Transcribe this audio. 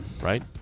Right